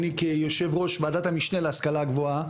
אני כיו"ר ועדת המשנה להשכלה גבוהה,